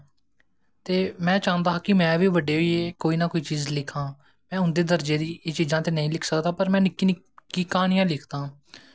ते में चांह्दा हा में बी बड्डे होइयै किश ना किश लिखां में उं'दे दर्जे दियां चीजां ते नेईं लिखी सकदा पर निक्की निक्की क्हानियां लिखदा आं